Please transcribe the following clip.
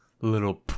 Little